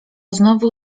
znowu